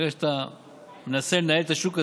ברגע שאתה מנסה לנהל את השוק הזה,